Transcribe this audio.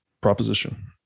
proposition